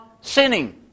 sinning